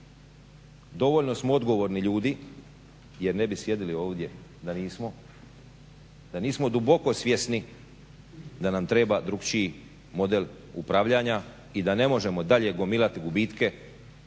Dovoljno smo odgovorni ljudi jer ne bi sjedili ovdje da nismo, da nismo duboko svjesni da nam treba drukčiji model upravljanja i da ne možemo dalje gomilati gubitke